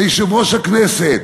ליושב-ראש הכנסת: